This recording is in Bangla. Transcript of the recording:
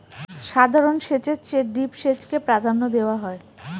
সাধারণ সেচের চেয়ে ড্রিপ সেচকে প্রাধান্য দেওয়া হয়